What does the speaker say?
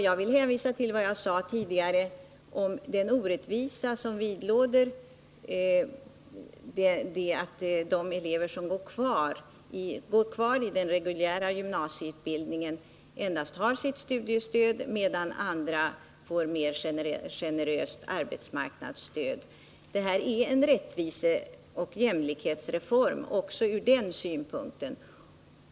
Jag vill då hänvisa till vad jag sade tidigare om den orättvisa som ligger i att de elever som går kvar i den reguljära gymnasieutbildningen endast har sitt studiestöd, medan andra får ett mer generöst arbetsmarknadsstöd. Det här förslaget är en rättviseoch jämlikhetsreform också från den synpunkten.